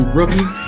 rookie